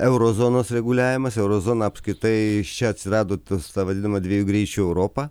euro zonos reguliavimas euro zona apskritai čia atsirado tas ta vadinama dviejų greičių europa